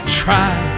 try